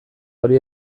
hori